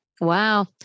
Wow